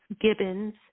Gibbons